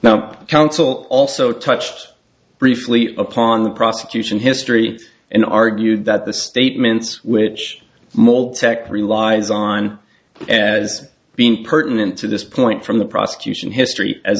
now counsel also touched briefly upon the prosecution history and argued that the statements which mall tech relies on as being pertinent to this point from the prosecution history